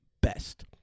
best